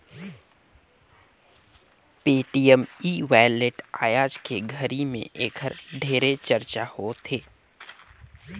Paytm e wallet आयज के घरी मे ऐखर ढेरे चरचा होवथे